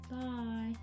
Bye